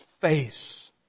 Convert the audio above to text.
face